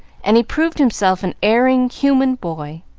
and he proved himself an erring, human boy.